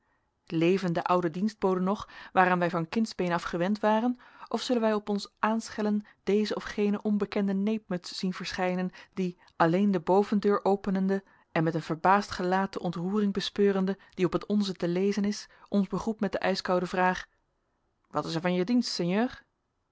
de oude dienstboden nog waaraan wij van kindsbeen af gewend waren of zullen wij op ons aanschellen deze of gene onbekende neepmuts zien verschijnen die alleen de bovendeur openende en met een verbaasd gelaat de ontroering bespeurende die op het onze te lezen is ons begroet met de ijskoude vraag wat is er van je dienst